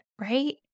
right